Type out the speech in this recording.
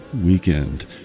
weekend